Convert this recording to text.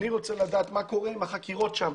אני רוצה לדעת מה קורה עם החקירות שם.